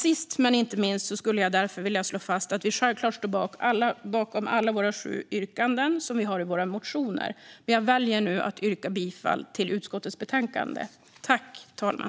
Sist men inte minst skulle jag vilja slå fast att vi självklart står bakom alla de sju yrkanden vi har i våra motioner, men jag väljer att nu yrka bifall till utskottets förslag.